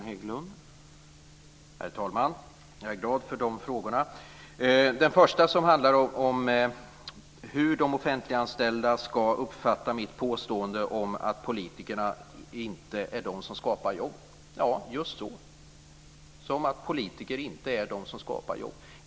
Herr talman! Jag är glad för de frågorna. Den första handlade om hur de offentliganställda ska uppfatta mitt påstående om att politikerna inte är de som skapar jobb. Ja, just så: som att politiker inte är de som skapar jobb.